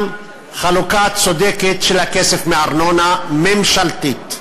חלוקה צודקת של הכסף מארנונה ממשלתית.